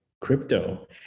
crypto